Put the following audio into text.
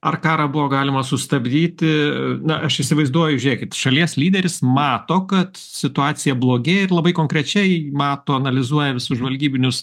ar karą buvo galima sustabdyti na aš įsivaizduoju žiūrėkit šalies lyderis mato kad situacija blogėja ir labai konkrečiai mato analizuoja visus žvalgybinius